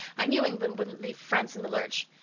i knew england wouldn't leave france in the lurch.